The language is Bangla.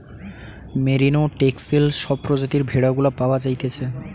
মেরিনো, টেক্সেল সব প্রজাতির ভেড়া গুলা পাওয়া যাইতেছে